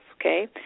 okay